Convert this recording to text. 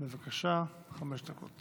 חמש דקות